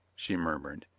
she murmured.